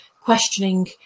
questioning